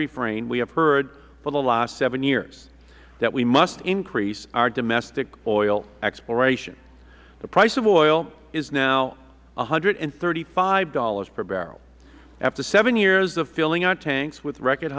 refrain we have heard for the last seven years that we must increase our domestic oil exploration the price of oil is now one hundred and thirty five dollars per barrel after seven years of filling our tanks with record